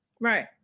Right